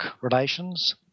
relations